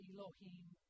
Elohim